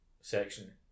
section